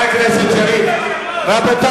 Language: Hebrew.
חבר הכנסת, רבותי.